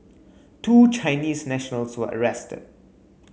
two Chinese nationals were arrested